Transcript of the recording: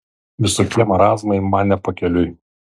visokie marazmai man ne pakeliui